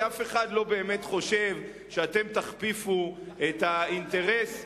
כי אף אחד לא באמת חושב שאתם תכפיפו את האינטרס,